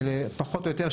שפחות או יותר,